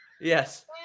Yes